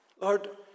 Lord